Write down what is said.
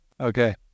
okay